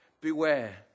Beware